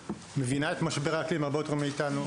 מבינה את משבר האקלים הרבה יותר מאתנו,